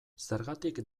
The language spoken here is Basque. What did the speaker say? zergatik